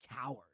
coward